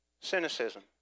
cynicism